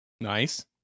nice